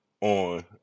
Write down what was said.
on